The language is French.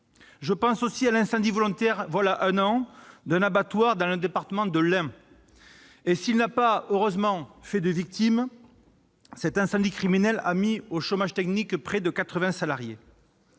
Je pense aussi à l'incendie volontaire, voilà un an, d'un l'abattoir dans le département de l'Ain : s'il n'a heureusement pas fait de victimes, cet incendie criminel a mis au chômage technique près de quatre-vingts